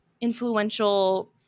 influential